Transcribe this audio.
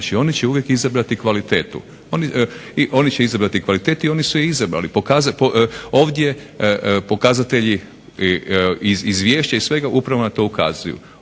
pomoći. Oni će uvijek izabrati kvalitetu i oni su je izabrali. Ovdje pokazatelji iz izvješća i svega upravo na to ukazuju.